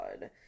God